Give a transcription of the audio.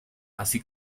así